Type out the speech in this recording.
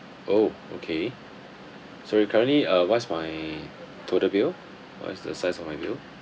oh okay sorry currently uh what's my total bill what is the size of my bill